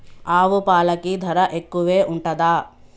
ఆవు పాలకి ధర ఎక్కువే ఉంటదా?